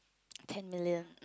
ten million